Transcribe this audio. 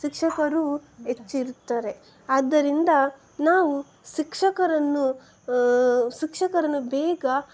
ಶಿಕ್ಷಕರು ಹೆಚ್ಚಿರುತ್ತಾರೆ ಆದ್ದರಿಂದ ನಾವು ಶಿಕ್ಷಕರನ್ನು ಶಿಕ್ಷಕರನ್ನು ಬೇಗ